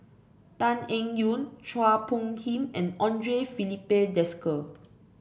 Tan Eng Yoon Chua Phung Kim and Andre Filipe Desker